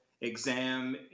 exam